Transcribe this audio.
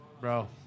bro